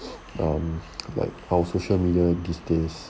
um like how social media these days